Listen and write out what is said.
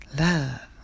Love